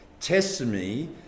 testimony